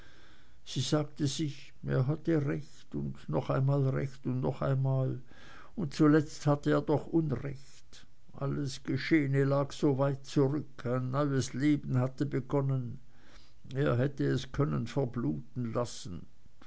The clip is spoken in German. sie sagte sich er hatte recht und noch einmal und noch einmal und zuletzt hatte er doch unrecht alles geschehene lag so weit zurück ein neues leben hatte begonnen er hätte es können verbluten lassen